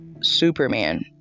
Superman